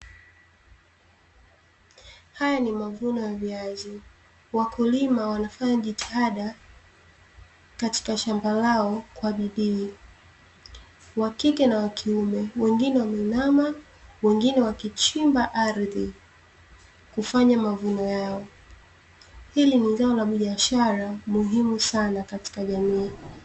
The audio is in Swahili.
Haya ni mavuno ya viazi, wakulima wanafanya jitihada katika shamba lao kwa bidii, wa kike na wa kiume, wengine wameinama na wengine wakichimba ardhi, kufanya mavuno yao. Hili ni zao la biashara muhimu sana katika jamii.